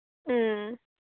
ꯎꯝ